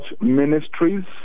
ministries